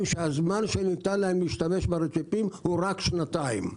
שהזמן שניתן להם להשתמש ברציפים הוא רק שנתיים.